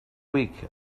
week